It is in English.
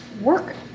Work